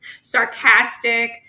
sarcastic